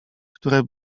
które